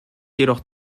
jedoch